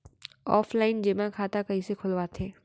Offline जेमा खाता कइसे खोलवाथे?